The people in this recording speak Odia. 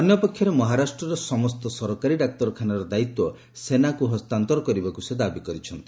ଅନ୍ୟପକ୍ଷରେ ମହାରାଷ୍ଟ୍ରର ସମସ୍ତ ସରକାରୀ ଡାକ୍ତରଖାନାର ଦାୟିତ୍ୱ ସେନାକୁ ହସ୍ତାନ୍ତର କରିବାକୁ ସେ ଦାବି କରିଛନ୍ତି